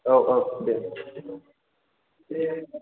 औ औ दे दे